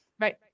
Right